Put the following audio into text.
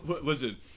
Listen